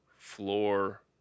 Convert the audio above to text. Floor